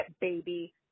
baby